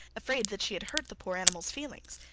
afraid that she had hurt the poor animal's feelings.